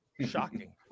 Shocking